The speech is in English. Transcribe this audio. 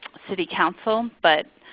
city council. but